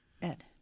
Ed